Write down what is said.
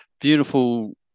beautiful